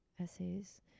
essays